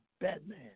Batman